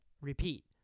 Repeat